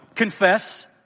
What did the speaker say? Confess